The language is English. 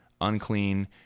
unclean